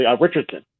Richardson